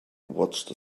watched